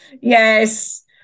yes